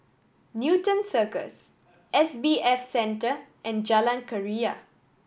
Newton Cirus S B F Center and Jalan Keria